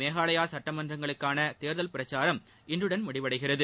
மேகாலயா சட்டமன்றங்களுக்கான தேர்தல் பிரச்சாரம் இன்றுடன் முடிவடைகிறது